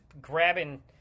grabbing